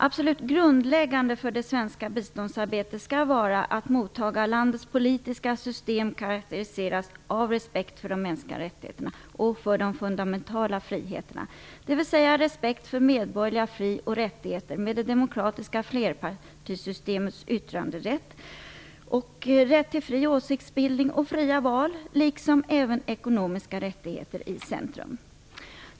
Absolut grundläggande för det svenska biståndsarbetet skall vara att mottagarlandets politiska system karakteriseras av respekt för de mänskliga rättigheterna och för de fundamentala friheterna, dvs. respekt för medborgerliga fri och rättigheter med det demokratiska flerpartisystemets yttranderätt och rätt till fri åsiktsbildning och fria val, liksom även ekonomiska rättigheter i centrum.